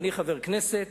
אני חבר הכנסת.